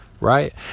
Right